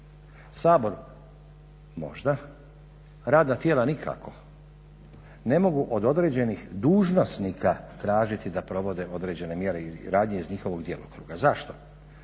Sabor možda, radna tijela nikako ne mogu od određenih dužnosnika tražiti da provode određene mjere ili radnje iz njihovog djelokruga. Zašto?